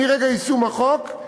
מרגע יישום החוק,